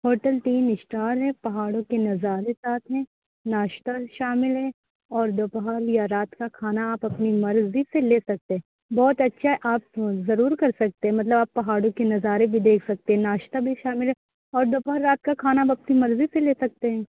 hotel تین star ہے پہاڑوں کے نظارے ساتھ ہیں ناشتہ شامل ہے اور دوپہر یا رات کا کھانا آپ اپنی مرضی سے لے سکتے ہیں بہت اچھا ہے آپ ضرور کر سکتے ہیں مطلب آپ پہاڑوں کے نظارے بھی دیکھ سکتے ہیں ناشتہ بھی شامل ہے اور دوپہر رات کا کھانا آپ اپنی مرضی سے لے سکتے ہیں